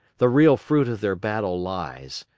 the real fruit of their battles lies,